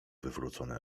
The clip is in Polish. wywrócone